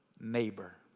neighbor